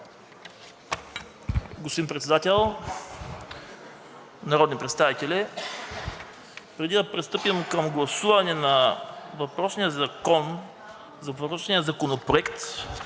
Господин Председател, народни представители! Преди да пристъпим към гласуване на въпросния закон, злополучния законопроект,